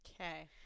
Okay